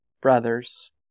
Brothers